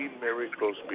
miracles